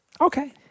Okay